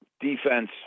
defense